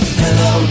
hello